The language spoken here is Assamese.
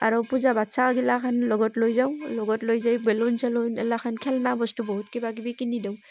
আৰু পূজাৰ বাচ্চাগিলাখান লগত লৈ যাওঁ লগত লৈ যাই বেলুন চেলুন এইগিলাখান খেলনা বস্তু বহুত কিবা কিবি কিনি দিওঁ